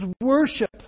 worship